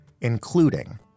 including